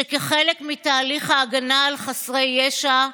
שכחלק מתהליך ההגנה על חסרי ישע,